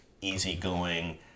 easygoing